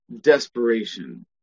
desperation